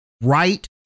right